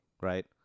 Right